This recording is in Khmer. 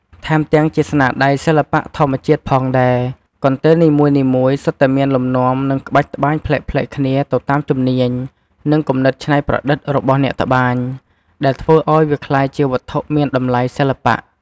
ថែមទាំង ជាស្នាដៃសិល្បៈធម្មជាតិផងដែរ កន្ទេលនីមួយៗសុទ្ធតែមានលំនាំ និងក្បាច់ត្បាញប្លែកៗគ្នាទៅតាមជំនាញ និងគំនិតច្នៃប្រឌិតរបស់អ្នកត្បាញ ដែលធ្វើឲ្យវាក្លាយជាវត្ថុមានតម្លៃសិល្បៈ។